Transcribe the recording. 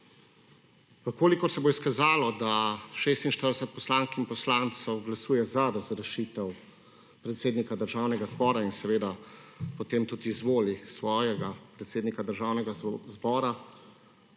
V kolikor se bo izkazalo, da 46 poslank in poslancev glasuje za razrešitev predsednika Državnega zbora in seveda potem tudi izvoli svojega predsednika Državnega zbora,